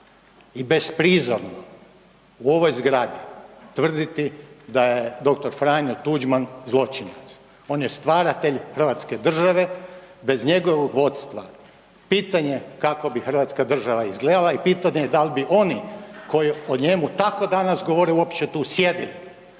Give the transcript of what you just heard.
i besprizorno u ovoj zgradi tvrditi da je dr. Franjo Tuđman zločinac. On je stvaratelj Hrvatske države, bez njegovog vodstva pitanje kako bi Hrvatska država izgledala i pitanje dal bi oni koji o njemu tako danas govore uopće tu sjedili